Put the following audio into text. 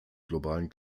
globalen